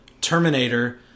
Terminator